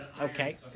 Okay